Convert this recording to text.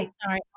Sorry